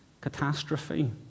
catastrophe